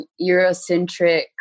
Eurocentric